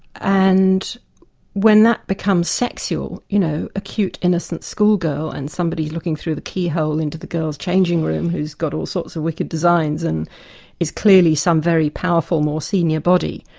and when that becomes sexual, you know, a cute innocent schoolgirl and somebody looking through the keyhole into the girls' changing room, who's got all sorts of wicked designs and is clearly some very powerful, more senior body,